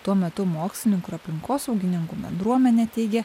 tuo metu mokslininkų ir aplinkosaugininkų bendruomenė teigia